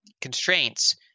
constraints